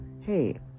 Hey